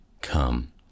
come